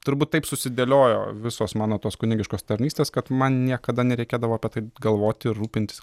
turbūt taip susidėliojo visos mano tos kunigiškos tarnystės kad man niekada nereikėdavo apie tai galvoti rūpintis